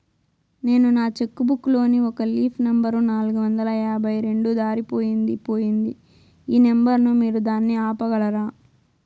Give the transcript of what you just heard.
నేను నా cheque book లోని ఒక లీఫ్ నెంబర్ నాలుగు వందల యాభై రెండు దారిపొయింది పోయింది ఈ నెంబర్ ను మీరు దాన్ని ఆపగలరా?